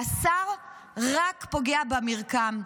והשר רק פוגע במרקם.